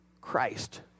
Christ